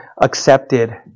accepted